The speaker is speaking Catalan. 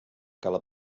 cala